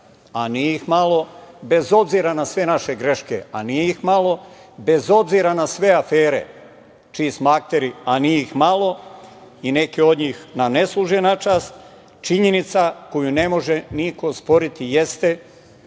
a nije ih malo, bez obzira na sve naše greške, a nije ih malo, bez obzira na sve afere čiji smo akteri, a nije ih malo, i neke od njih nam ne služe na čast, činjenica koju ne može niko osporiti jeste